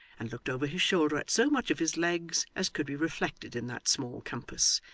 and looked over his shoulder at so much of his legs as could be reflected in that small compass,